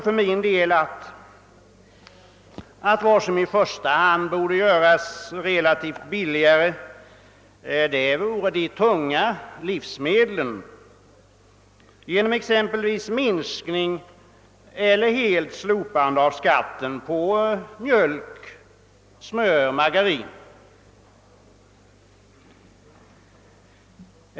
För min del anser jag att vad som i första hand borde göras relativt billigare är de tunga, oumbärliga livsmedlen. Det kan exempelvis ske genom en minskning eller ett helt slopande av skatten på mjölk, smör och margarin.